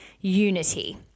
unity